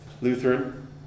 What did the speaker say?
Lutheran